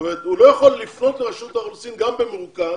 הוא לא יכול לפנות לרשות האוכלוסין גם במרוכז